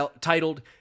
titled